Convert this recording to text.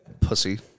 pussy